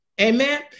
amen